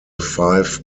five